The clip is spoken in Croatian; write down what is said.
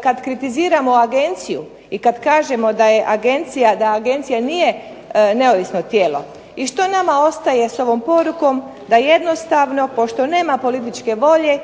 kad kritiziramo agenciju, i kad kažemo da je agencija, da agencija nije neovisno tijelo. I što nama ostaje s ovom porukom da jednostavno pošto nema političke volje